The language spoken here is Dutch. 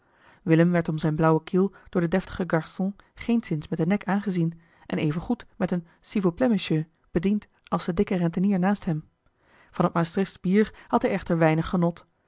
willem werd om zijn blauwen kiel door den deftigen garçon geenszins met den nek aangezien en evengoed met een s'il vous plaît monsieur bediend als de dikke rentenier naast hem van het maastrichtsch bier had hij echter weinig genot